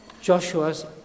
Joshua's